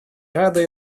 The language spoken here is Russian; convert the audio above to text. рады